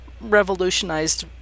revolutionized